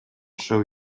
show